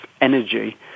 energy